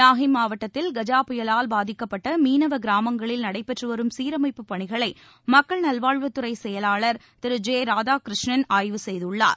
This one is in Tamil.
நாகைமாவட்டத்தில் கஜா புயலால் பாதிக்கப்பட்டமீனவகிராமங்களில் நடைபெற்றுவரும் சீரமைப்புப் பணிகளைமக்கள் நல்வாழ்வுத்துறைசெயலாளர் திரு ஜெ ராதாகிருஷ்ணன் ஆய்வுசெய்துள்ளார்